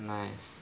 nice